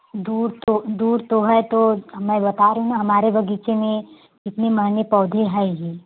दूर तो दूर तो है तो मैं बता रही हूँ ना हमारे बगीचे में इतने महंगे पौधे हैं ही